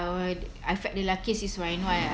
I w~ I felt the luckiest is when I know I